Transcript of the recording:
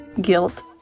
guilt